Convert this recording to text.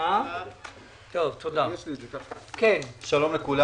שלום לכולם.